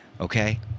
Okay